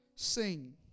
Sing